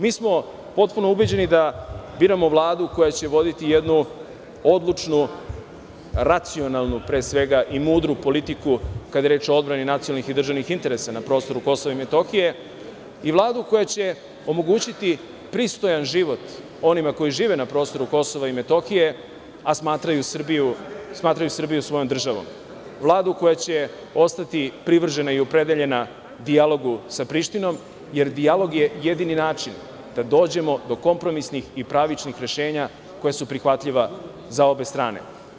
Mi smo potpuno ubeđeni da biramo Vladu koja će voditi jednu odlučnu, racionalnu pre svega i mudru politiku kada je reč o odbrani nacionalnih i državnih interesa na prostoru Kosova i Metohije, Vladu koja će omogućiti pristojan život onima koji žive na prostoru Kosova i Metohije, a smatraju Srbiju svojom državom, Vladu koja će ostati privržena i opredeljena dijalogu sa Prištinom, jer dijalog je jedini način da dođemo do kompromisnih i pravičnih rešenja koja su prihvatljiva za obe strane.